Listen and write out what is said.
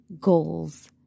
goals